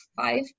five